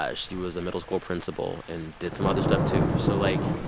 ah she was a middle school principal and did some other stuff, too. so, like,